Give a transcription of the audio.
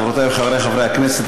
חברותי וחברי חברי הכנסת,